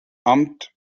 amt